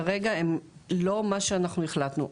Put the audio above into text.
כרגע לא מה שאנחנו החלטנו.